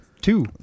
two